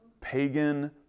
pagan